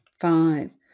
Five